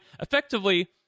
effectively